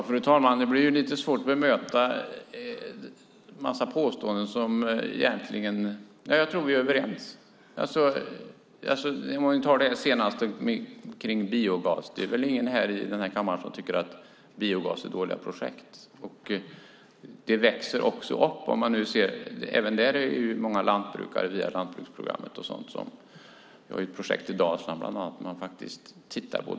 Fru talman! Det är lite svårt att bemöta en mängd påståenden där vi är överens. Låt mig ta upp det senaste om biogas. Det är väl ingen här i kammaren som tycker att biogasprojekt är dåliga projekt. Även där finns det många projekt hos lantbrukare via landsbygdsprogrammet. Det finns i dag biogasprojekt som man tittar på.